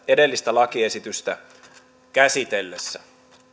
edellistä lakiesitystä käsiteltäessä